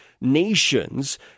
nations